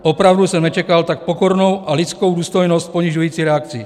Opravdu jsem nečekal tak pokornou a lidskou důstojnost ponižující reakci.